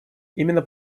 именно